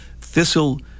Thistle